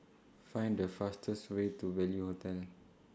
Find The fastest Way to Value Hotel